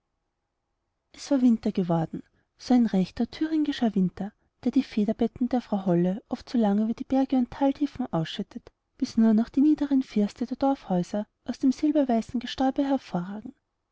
es war winter geworden so ein rechter winter thüringischer art der die federbetten der frau holle oft so lange über die berge und thaltiefen ausschüttet bis nur noch die niederen firste der dorfhäuser aus dem silberweißen gestäube hervorragen